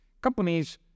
companies